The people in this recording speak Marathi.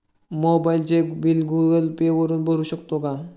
मोबाइलचे बिल गूगल पे वापरून भरू शकतो का?